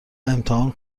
امتحان